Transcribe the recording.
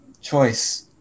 Choice